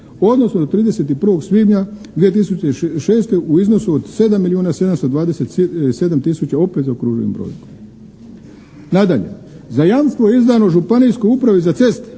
odnosno do 31. svibnja 2006. u iznosu od 7 milijuna 727 tisuća opet zaokružujem brojku. Nadalje, za jamstvo izdano županijskoj upravi za ceste